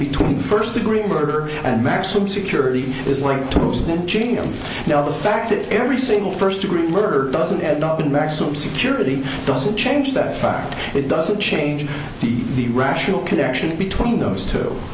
between first degree murder and maximum security is going to lose them now the fact that every single first degree murder doesn't end up in maximum security doesn't change that fact it doesn't change the rational connection between those two